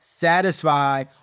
satisfy